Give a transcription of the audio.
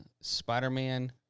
Spider-Man